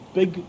big